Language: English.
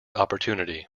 opportunity